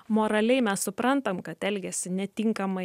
moraliai mes suprantam kad elgiasi netinkamai